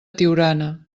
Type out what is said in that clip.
tiurana